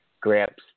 grips